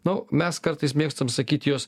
nu mes kartais mėgstam sakyt jos